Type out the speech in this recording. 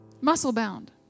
muscle-bound